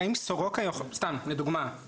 לדוגמה,